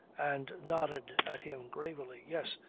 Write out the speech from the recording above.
and nodded at him gravely yes.